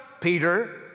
Peter